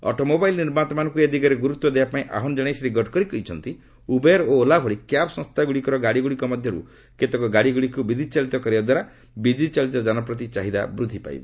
automobile ନିର୍ମାତାମାନଙ୍କୁ ଏ ଦିଗରେ ଗୁରୁତ୍ୱ ଦେବାପାଇଁ ଆହ୍ୱାନ ଜଣାଇ ଶ୍ରୀ ଗଡକରି କହିଛନ୍ତି ଉବେର ଓ ଓଲା ଭଳି କ୍ୟାବ୍ ସଂସ୍ଥାଗୁଡ଼ିକର ଗାଡ଼ିଗୁଡ଼ିକ ମଧ୍ୟରୁ କେତେକ ଗାଡ଼ିକୁ ବିଦ୍ୟୁତ୍ଚାଳିତ କରିବା ଦ୍ୱାରା ବିଦ୍ୟୁତ୍ଚାଳିତ ଯାନ ପ୍ରତି ଚାହିଦା ବୃଦ୍ଧିପାଇବ